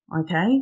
okay